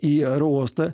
į aerouostą